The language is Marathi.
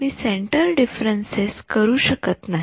पण मी डिफरन्सेस करू शकत नाही